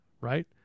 right